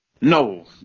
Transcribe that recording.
No